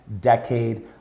decade